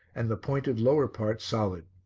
and the pointed lower part solid.